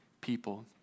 people